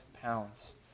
pounds